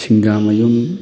ꯁꯤꯡꯒꯥꯃꯌꯨꯝ